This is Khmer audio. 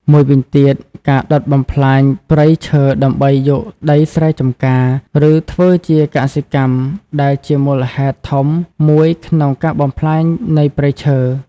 មួយវិញទៀត ការដុតបំផ្លាញព្រៃឈើដើម្បីយកដីស្រែចម្ការ ឬធ្វើជាកសិកម្មដែលជាមូលហេតុធំមួយក្នុងការបំផ្លាញនៃព្រៃឈើ។